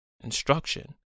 instruction